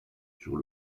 sur